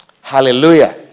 Hallelujah